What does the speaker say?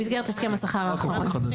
במסגרת הסכם השכר האחרון.